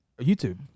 YouTube